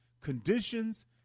conditions